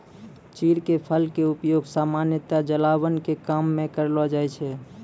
चीड़ के फल के उपयोग सामान्यतया जलावन के काम मॅ करलो जाय छै